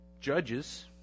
Judges